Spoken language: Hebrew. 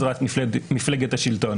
זה רק מפלגת השלטון.